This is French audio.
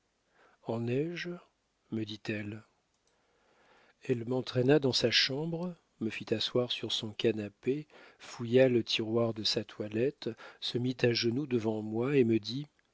en ai-je me dit-elle elle m'entraîna dans sa chambre me fit asseoir sur son canapé fouilla le tiroir de sa toilette se mit à genoux devant moi et me dit